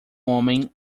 homem